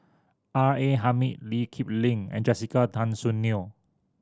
R A Hamid Lee Kip Lin and Jessica Tan Soon Neo